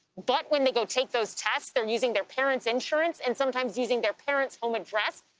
but when they go take those tests, they're using their parents' insurance. and sometimes using their parents' home address.